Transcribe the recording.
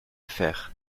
faire